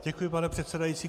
Děkuji, pane předsedající.